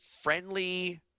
friendly